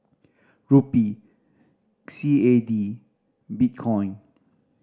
Rupee C A D Bitcoin